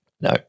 No